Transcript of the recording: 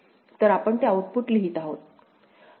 तर आपण ते आउटपुट लिहित आहोत